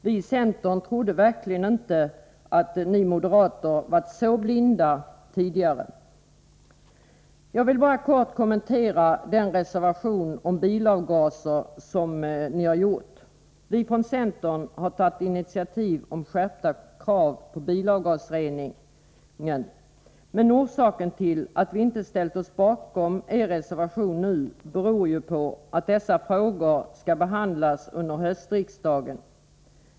Vi i centern trodde verkligen inte att ni moderater varit så blinda tidigare. Jag vill sedan kort kommentera den reservation beträffande bilavgaser som moderaterna avgett. Vi från centern har tagit initiativ till skärpta krav på bilavgasrening, men orsaken till att vi inte ställt oss bakom reservationens krav är att dessa frågor skall behandlas under höstriksdagen.